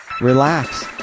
Relax